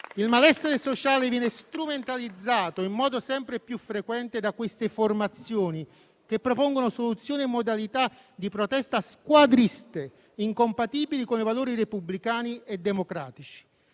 Il malessere sociale viene strumentalizzato in modo sempre più frequente da queste formazioni, che propongono soluzioni e modalità di protesta squadriste incompatibili con i valori repubblicani e democratici,